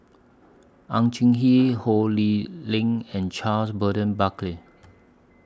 Ang Ho Lee Ling and Charles Burton Buckley